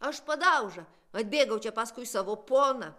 aš padauža atbėgau čia paskui savo poną